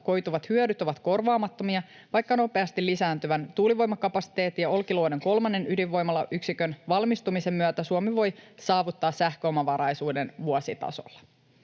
koituvat hyödyt ovat korvaamattomia, vaikka nopeasti lisääntyvän tuulivoimakapasiteetin ja Olkiluodon kolmannen ydinvoimalayksikön valmistumisen myötä Suomi voi saavuttaa sähköomavaraisuuden vuositasolla.